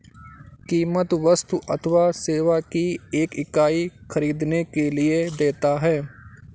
कीमत वस्तु अथवा सेवा की एक इकाई ख़रीदने के लिए देता है